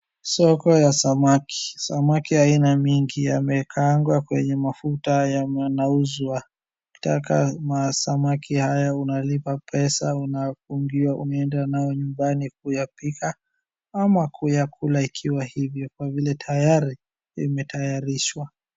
Soko ya samaki. Samaki ya aina mingi yamekaangwa kwenye mafuta na yanauzwa. Ukitaka masamaki haya unalipa pesa unafungiwa unaeda nayo nyumbani kuyapika ama kuyakula ikiwa ivyo kwa vile tayari imetayarishwa.